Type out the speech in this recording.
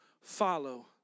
follow